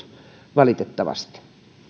valitettavasti